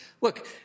look